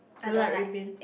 do you like red bean